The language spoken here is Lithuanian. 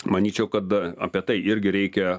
manyčiau kad apie tai irgi reikia